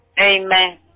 amen